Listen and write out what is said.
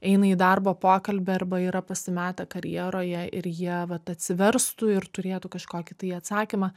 eina į darbo pokalbį arba yra pasimetę karjeroje ir jie vat atsiverstų ir turėtų kažkokį tai atsakymą